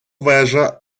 вежа